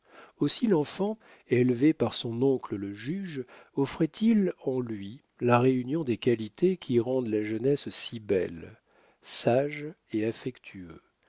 aussi l'enfant élevé par son oncle le juge offrait il en lui la réunion des qualités qui rendent la jeunesse si belle sage et affectueux